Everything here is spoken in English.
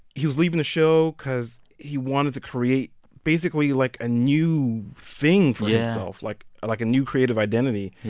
he was leaving the show because he wanted to create basically, like, a new thing for himself yeah like like a new creative identity. yeah.